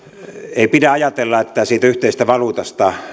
ei pidä ajatella että siitä yhteisestä valuutasta